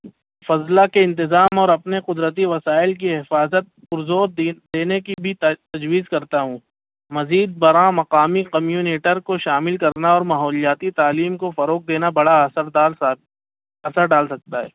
فضلاء کے انتظام اور اپنے قدرتی وسائل کی حفاظت پر زور دی دینے کی بھی تجویز کرتا ہوں مزید برآں مقامی کمیونیٹر کو شامل کرنا اور ماحولیاتی تعلیم کو فروغ دینا بڑا اثردار سا اثر ڈال سکتا ہے